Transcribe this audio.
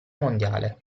mondiale